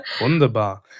Wunderbar